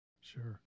Sure